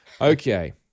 Okay